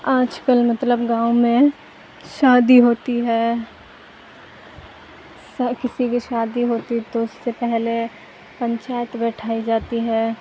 آج کل مطلب گاؤں میں شادی ہوتی ہے کسی کی شادی ہوتی تو اس سے پہلے پنچایت بیٹھائی جاتی ہے